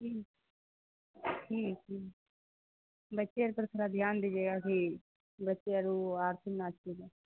جی جی جی بچے پر تھوڑا دھیان دیجیے گا کہ بچے آر آرتھنگ نہ چھولیں